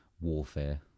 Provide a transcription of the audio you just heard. warfare